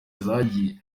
zagiye